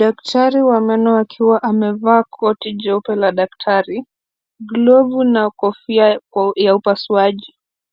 Daktari wa meno akiwa amevaa koti jeupe la daktari, glovu na kofia ya upasuaji.